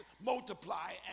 multiply